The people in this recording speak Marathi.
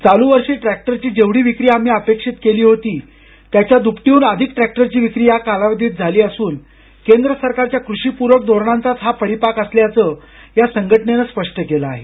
चालू वर्षी ट्रॅक्टरची जेवढी विक्री आम्ही अपेक्षित केली होती त्याच्या द्रपटीहून अधिक ट्रॅक्टरची विक्री या कालावधीत झाली असून केंद्र सरकारच्या कृषिपूरक धोरणांचाच हा परिपाक असल्याचं संघटनेनं स्पष्ट केलं आहे